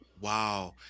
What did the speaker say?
Wow